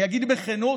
אני אגיד בכנות